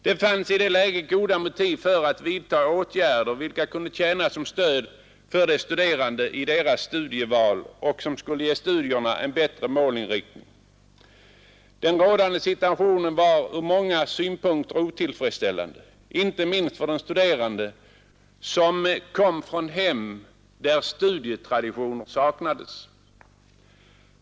Det fanns i det läget goda motiv för att vidta åtgärder vilka kunde tjäna som stöd för de studerande i deras studieval och som skulle ge studierna en bättre målinriktning. Den rådande situationen var från många synpunkter otillfredsställande, inte minst för sådana studerande som kom från hem där studietradition saknades.